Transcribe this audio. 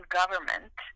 government